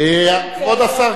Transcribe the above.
כבוד השר כץ,